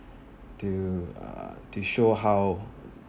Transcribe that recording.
to uh to show how